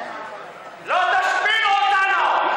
לא תשפילו אותנו.